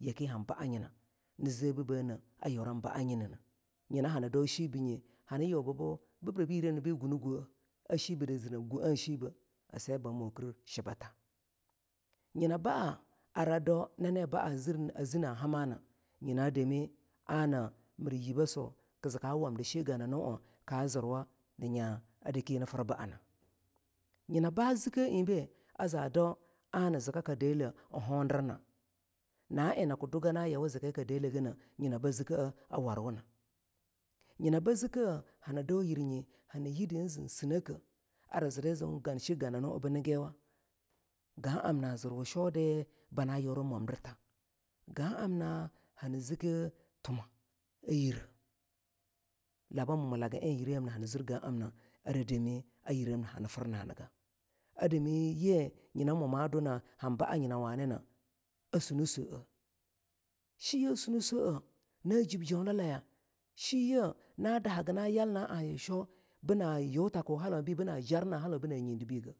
yake han baa yin a nii zebibene a yuran a nyine neh. a dau shibinye hani yubu bu bir bi yire yamna bigunigoh. a shi bidi zi nab gu a shibe a seh ba mokir shibata ara daw nani baa zini hamana ana yiba swo kizi ka wamdi shi gana nua ka zirwa a dke nii fir baa na nyina ba ziki enbi a dau ana zika ka deleh a hodirna na en na ki dugima an hani yawa zikiyaka daleh ganeh. nyina bo zikeh a warwuna nyina ba zikeh hani dau yir nye hani yide en zin sineke ara zidi en zin gan shi gano naa binigiwa ga amna zirwu shodi bana yuru momdirta gah amna hani ziki tuma yire laba mu milagi en yire yamna hanin zir gahamna ara demi a yira yamna hani firna niga a damu yi nyina mu ma duna han baa nyina wani naa su nii swo shiye suni swo eh....na jib jola laye shiye na dahaga na yalna yayi sho bina yu tako bi bina jarna halo bina nyidi bigeh